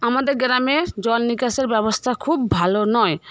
আমাদের গ্রামে জলনিকাশের ব্যবস্থা খুব ভালো নয়